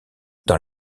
dans